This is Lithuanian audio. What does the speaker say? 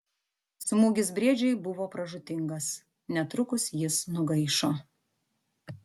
smūgis briedžiui buvo pražūtingas netrukus jis nugaišo